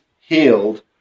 healed